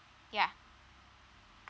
yeah